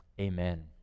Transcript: Amen